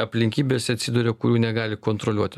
aplinkybėse atsiduria kurių negali kontroliuoti